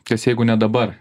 kas jeigu ne dabar